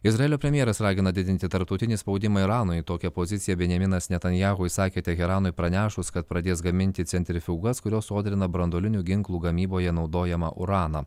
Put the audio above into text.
izraelio premjeras ragina didinti tarptautinį spaudimą iranui tokią poziciją benjaminas netanyahu išsakė teheranui pranešus kad pradės gaminti centrifugas kurios sodrina branduolinių ginklų gamyboje naudojamą uraną